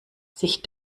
sich